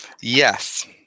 Yes